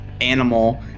animal